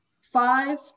Five